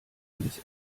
alles